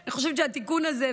אני חושבת שהתיקון הזה,